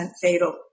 fatal